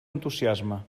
entusiasme